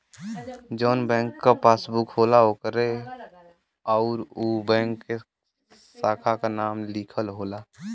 जौन बैंक क पासबुक होला ओकरे उपर उ बैंक के साखा क नाम लिखल होला